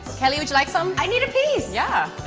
kelly, would you like some? i need a piece! yeah